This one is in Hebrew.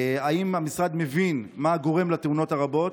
האם המשרד מבין מה גורם לתאונות הרבות?